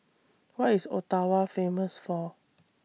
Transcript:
What IS Ottawa Famous For